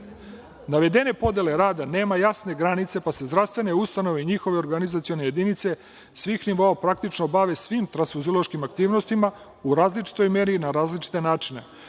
80.Navedena podela rada nema jasne granice pa se zdravstvene ustanove i njihove organizacione jedinice svih nivoa praktično bave svim tranfuziološkim aktivnostima u različitoj meri i na različite načine,